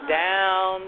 down